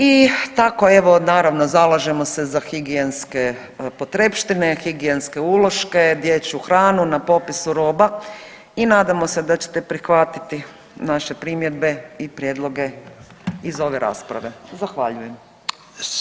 I tako evo naravno zalažemo se za higijenske potrepštine, higijenske uloške, dječju hranu na popisu roba i nadamo se da ćete prihvatiti naše primjedbe i prijedloge iz ove rasprave.